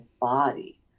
body